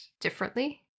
differently